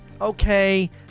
okay